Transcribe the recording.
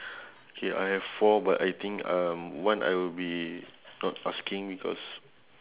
K I have four but I think um one I will be not asking because